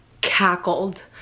cackled